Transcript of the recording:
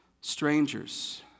strangers